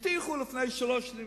הבטיחו לפני שלוש שנים,